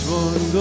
one